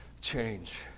change